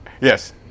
yes